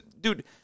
dude